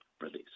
release